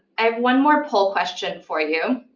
i have one more poll question for you,